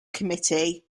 committee